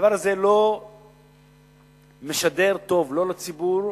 הדבר הזה לא משדר טוב לא לציבור,